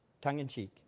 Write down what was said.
tongue-in-cheek